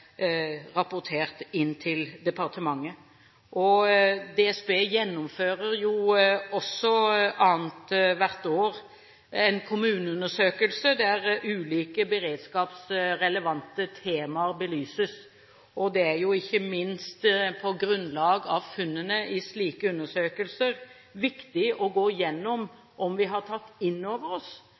rapportert inn til departementet. DSB gjennomfører jo også annethvert år en kommuneundersøkelse, der ulike beredskapsrelevante temaer belyses. Det er ikke minst på grunnlag av funnene i slike undersøkelser viktig å gå gjennom om vi har tatt inn over oss